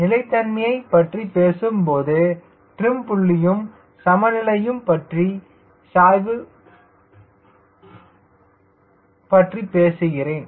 நிலைத்தன்மையைப் பற்றி பேசும்போது எல்லாம் டிரிம் புள்ளியும் சமநிலையையும் பற்றி சாய்வு பற்றி பேசுகிறேன்